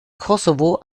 kosovo